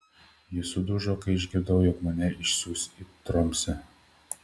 ji sudužo kai išgirdau jog mane išsiųs į tromsę